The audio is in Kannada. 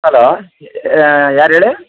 ಹಲೋ ಯಾರು ಹೇಳಿ